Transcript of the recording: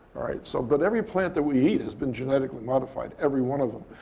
so but every plant that we eat has been genetically modified, every one of them.